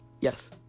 Yes